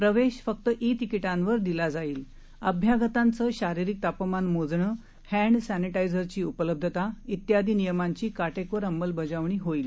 प्रवश्वक्त e तिकिटांवर दिला जाईल अभ्यागतांचं शारीरिक तापमान मोजणं हँड सन्निटायझरची उपलब्धता तियादी नियमांची काटक्विर अंमलबजावणी होईल